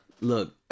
look